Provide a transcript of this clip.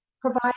Provide